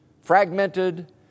fragmented